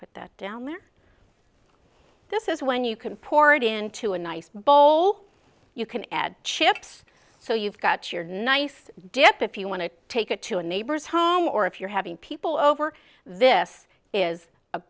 put that down there this is when you can pour it into a nice bowl you can add chips so you've got your nice dip if you want to take it to a neighbor's home or if you're having people over this is a